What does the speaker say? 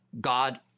god